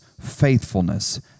faithfulness